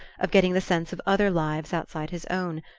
of getting the sense of other lives outside his own,